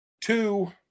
Two